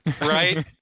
right